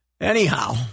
Anyhow